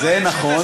זה נכון.